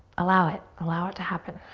allow it, allow it to happen.